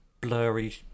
blurry